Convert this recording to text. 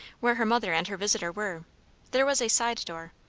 where her mother and her visitor were there was a side door,